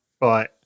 right